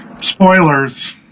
Spoilers